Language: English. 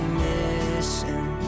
missing